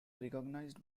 recognized